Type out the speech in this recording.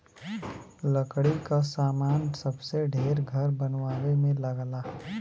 लकड़ी क सामान सबसे ढेर घर बनवाए में लगला